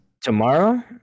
Tomorrow